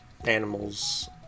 animals